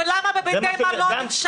ולמה בבתי מלון,